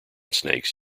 snakes